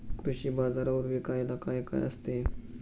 कृषी बाजारावर विकायला काय काय असते?